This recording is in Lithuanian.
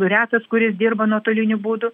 retas kuris dirba nuotoliniu būdu